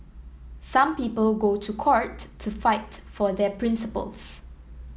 some people go to court to fight for their principles